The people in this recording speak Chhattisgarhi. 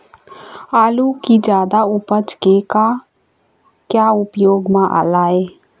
आलू कि जादा उपज के का क्या उपयोग म लाए?